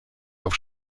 auf